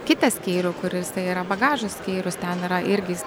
kitą skyrių kur jisai yra bagažo skyrius ten yra irgi